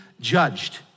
judged